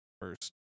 first